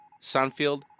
Sunfield